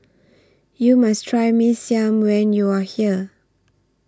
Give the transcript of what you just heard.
YOU must Try Mee Siam when YOU Are here